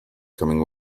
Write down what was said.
coming